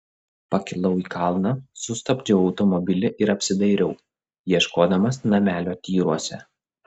pakilau į kalną sustabdžiau automobilį ir apsidairiau ieškodamas namelio tyruose